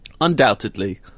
undoubtedly